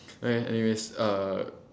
okay anyways uh